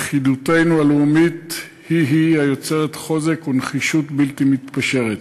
לכידותנו הלאומית היא-היא היוצרת חוזק ונחישות בלתי מתפשרת.